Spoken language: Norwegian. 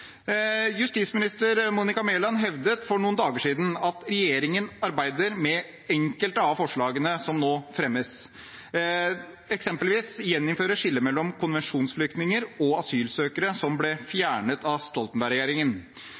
Justisminister Monica Mæland hevdet for noen dager siden at regjeringen arbeider med enkelte av forslagene som nå fremmes, eksempelvis å gjeninnføre skillet mellom konvensjonsflyktninger og asylsøkere, som ble fjernet av